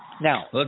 Now